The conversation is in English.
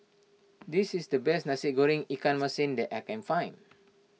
this is the best Nasi Goreng Ikan Masin that I can find